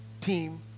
team